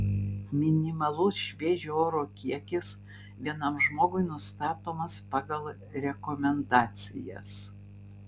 minimalus šviežio oro kiekis vienam žmogui nustatomas pagal rekomendacijas